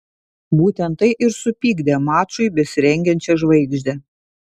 būtent tai ir supykdė mačui besirengiančią žvaigždę